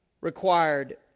required